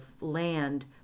land